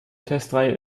testreihe